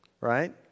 Right